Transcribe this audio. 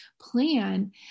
plan